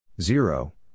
Zero